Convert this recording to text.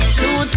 two